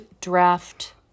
draft